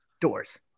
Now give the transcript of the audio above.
doors